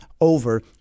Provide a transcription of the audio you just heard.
over